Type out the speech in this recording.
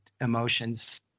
emotions